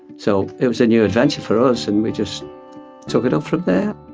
so it was a new adventure for us and we just took it up from there.